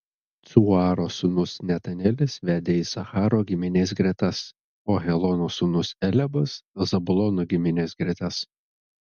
cuaro sūnus netanelis vedė isacharo giminės gretas o helono sūnus eliabas zabulono giminės gretas